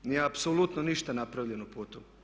Nije apsolutno ništa napravljeno po tome.